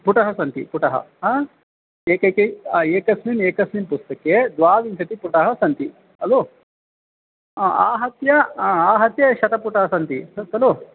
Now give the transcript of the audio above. पुटाः सन्ति पुटाः आ एकैकस्मिन् आ एकस्मिन् एकस्मिन् पुस्तके द्वाविंशतिः पुटाः सन्ति खलु आम् आहत्य आम् आहत्य शतपुटाः सन्ति तत् खलु